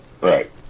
Right